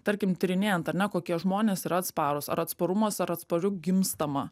tarkim tyrinėjant ar ne kokie žmonės yra atsparūs ar atsparumas ar atspariu gimstama